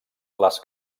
les